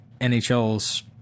NHL's